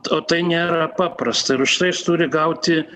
o tai nėra paprasta ir už tai jis turi gauti